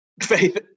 Faith